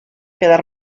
quedar